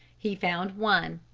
he found one.